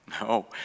No